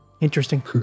Interesting